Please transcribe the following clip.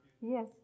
Yes